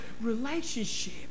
relationship